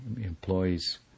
employees